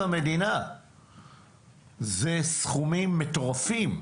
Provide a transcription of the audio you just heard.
אלה סכומים מטורפים.